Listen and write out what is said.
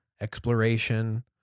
exploration